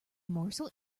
morsel